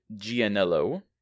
Gianello